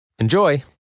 Enjoy